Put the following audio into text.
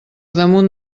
damunt